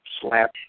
slap